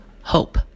hope